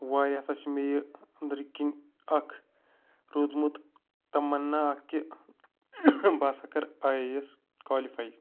وارِیاہ ہَسا چھِ مےٚ یہِ أنٛدرٕ کِنۍ اَکھ روٗدمُت تَمنا اکھ کہِ بہٕ ہَسا کَرٕ آی اے ایس کالِفاے